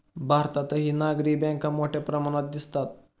भारतातही नागरी बँका मोठ्या प्रमाणात दिसतात